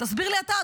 תסביר לי אתה,